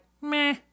meh